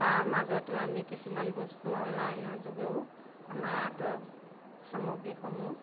তাৰ মাজতো আমি কিছুমান বস্তু অনলাইনৰ যোগেও আমাৰ আৰ্টৰ সামগ্ৰীসমূহ